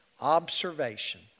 Observation